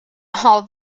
all